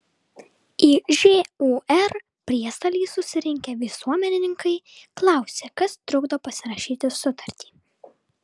į žūr priesalį susirinkę visuomenininkai klausė kas trukdo pasirašyti sutartį